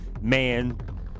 Man